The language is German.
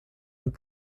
und